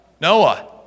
Noah